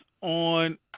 on